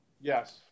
Yes